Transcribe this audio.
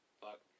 Fuck